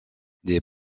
des